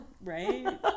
Right